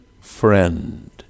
friend